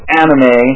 anime